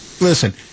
listen